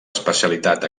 especialitat